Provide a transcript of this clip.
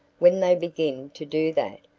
when they begin to do that,